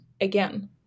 again